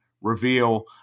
reveal